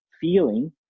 feeling